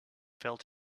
felt